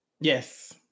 Yes